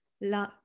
la